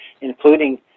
including